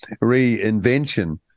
reinvention